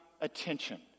attention